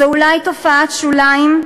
זו אולי תופעת שוליים,